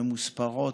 ממוספרות,